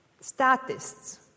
statists